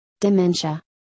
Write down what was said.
dementia